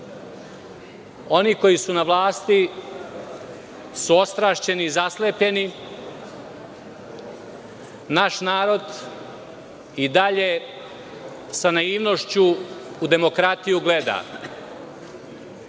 „Oni koji su na vlasti su ostrašćeni i zaslepljeni, a naš narod i dalje sa naivnošću u demokratiju gleda.